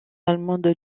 allemande